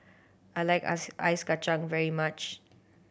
I like ice Ice Kachang very much